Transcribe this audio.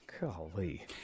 Golly